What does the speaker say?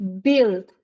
build